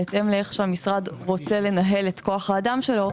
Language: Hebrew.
בהתאם לאופן שהמשרד רוצה לנהל את כוח האדם שלו,